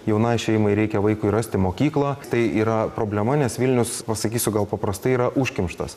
jaunai šeimai reikia vaikui rasti mokyklą tai yra problema nes vilnius pasakysiu gal paprastai yra užkimštas